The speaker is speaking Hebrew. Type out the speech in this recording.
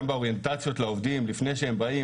גם באוריינטציות לעובדים לפני שהם באים,